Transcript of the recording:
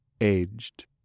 Aged